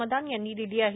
मदान यांनी दिली आहे